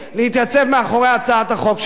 להתייצב מאחורי הצעת החוק שלי.